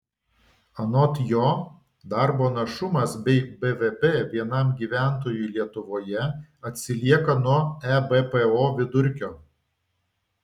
anot jo darbo našumas bei bvp vienam gyventojui lietuvoje atsilieka nuo ebpo vidurkio